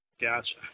Gotcha